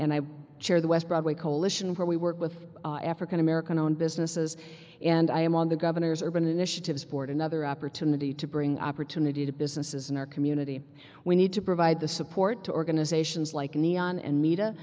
and i chair the west broadway coalition where we work with african american owned businesses and i am on the governor's urban initiatives board another opportunity to bring opportunity to businesses in our community we need to provide the support to organizations like neon and meta